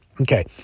Okay